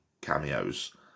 cameos